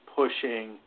pushing